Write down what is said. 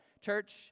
Church